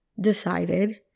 decided